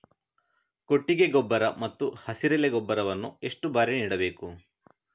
ಕೊಟ್ಟಿಗೆ ಗೊಬ್ಬರ ಮತ್ತು ಹಸಿರೆಲೆ ಗೊಬ್ಬರವನ್ನು ಎಷ್ಟು ಬಾರಿ ನೀಡಬೇಕು?